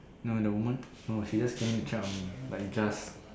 no the woman no she just came in to tell me like just